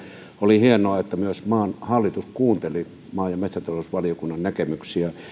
oli hienoa että myös maan hallitus kuunteli maa ja metsätalousvaliokunnan näkemyksiä